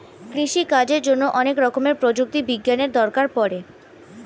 কৃষিকাজের জন্যে অনেক রকমের প্রযুক্তি বিজ্ঞানের দরকার পড়ে